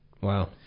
Wow